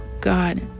god